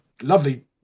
lovely